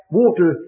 water